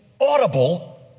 audible